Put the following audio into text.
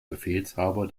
befehlshaber